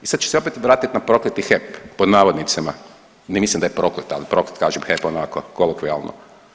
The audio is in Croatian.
I sad ću se opet vratiti na prokleti HEP pod navodnicima, ne mislim da je proklet, ali proklet kažem HEP onako kolokvijalno.